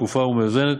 שקופה ומאוזנת